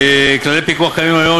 כללי הפיקוח הקיימים היום,